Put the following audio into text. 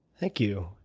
thank you,